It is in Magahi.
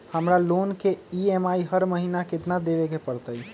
हमरा लोन के ई.एम.आई हर महिना केतना देबे के परतई?